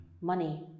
Money